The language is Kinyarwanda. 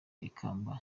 ikamba